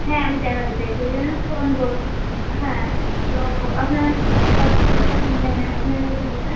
হ্যাঁ আমি দেখাতে চাই সেই জন্য ফোন কো হ্যাঁ তো আপনার হসপিটালটা মানে আপনার ইয়েটা কোথায়